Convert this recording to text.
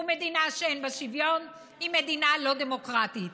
ומדינה שאין בה שוויון היא מדינה לא דמוקרטית.